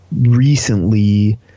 recently